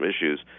issues